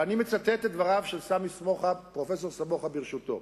ואני מצטט את דבריו של פרופסור סמי סמוחה, ברשותו: